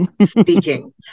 speaking